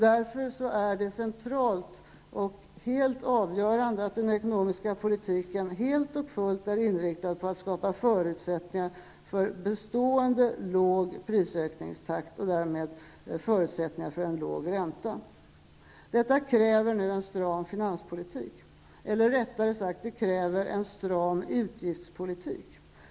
Därför är det centralt och helt avgörande att den ekonomiska politiken helt och fullt är inriktad på att skapa förutsättningar för en bestående låg prisökningstakt och därmed förutsättningar för en låg ränta. Detta kräver nu en stram finanspolitik, eller rättare sagt en stram utgiftspolitik.